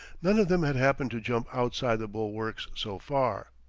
none of them had happened to jump outside the bulwarks so far.